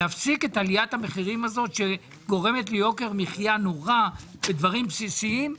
להפסיק את עליית המחירים הזאת שגורמת ליוקר מחייה נורא בדברים בסיסיים,